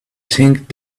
think